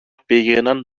πήγαιναν